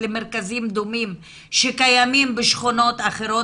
למרכזים דומים שקיימים בשכונות אחרות,